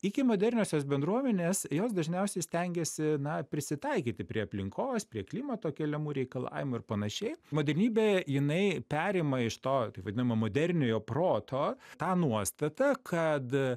ikimoderniosios bendruomenės jos dažniausiai stengėsi na prisitaikyti prie aplinkos prie klimato keliamų reikalavimų ir panašiai modernybė jinai perima iš to taip vadinamo moderniojo proto tą nuostatą kad